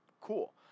cool